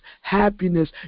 happiness